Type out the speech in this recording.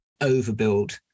overbuild